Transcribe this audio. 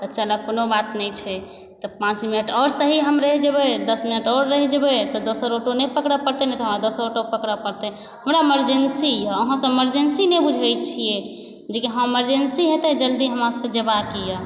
तऽ चलऽ कोनो बात नहि छै तऽ पाँच मिनट और सही हम रहि जेबै दश मिनट और रहि जेबै तऽ दोसर ऑटो नहि पकड़ऽ पड़तै नहि तऽ हमरा दोसर ऑटो पकड़ऽ पड़तै हमरा मर्जेन्सी यऽ अहाँ मर्जेन्सी नहि बुझै छियै जेकि हँ मर्जेन्सी हेतै जल्दी हमरा सभकेँ जएबाक यऽ